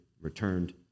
returned